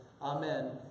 Amen